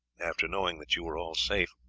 after knowing that you were all safe.